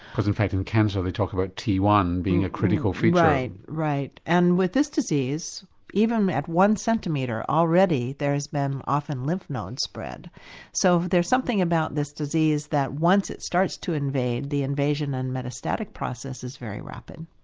because in fact in cancer they talk about t one being a critical right right and with this disease even at one centimetre already there's been often lymph node spread so there's something about this disease that once it starts to invade, the invasion and metastatic process is very rapid.